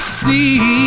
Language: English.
see